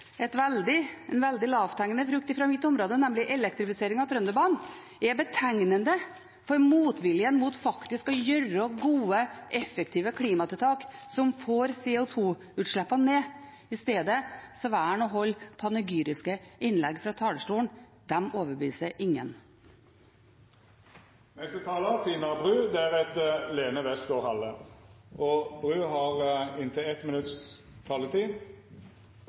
en veldig lavthengende frukt fra mitt område, nemlig elektrifisering av Trønderbanen, er betegnende for motviljen mot faktisk å sette inn gode, effektive klimatiltak som får CO 2 -utslippene ned. I stedet velger en å holde panegyriske innlegg fra talerstolen. De overbeviser ingen. Representanten Tina Bru har hatt ordet to gonger tidlegare og